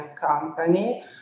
company